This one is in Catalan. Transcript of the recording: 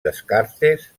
descartes